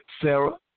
Sarah